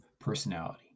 personality